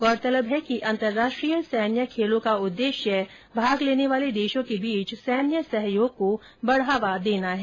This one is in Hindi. गौरतलब है कि अंतरराष्ट्रीय सैन्य खेलों का उद्देश्य भाग लेने वाले देशों के बीच सैन्य सहयोग को बढ़ावा देना है